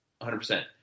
100%